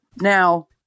Now